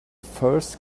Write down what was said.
first